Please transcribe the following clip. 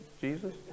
Jesus